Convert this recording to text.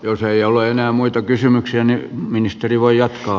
jos ei ole enää muita kysymyksiä niin ministeri voi jatkaa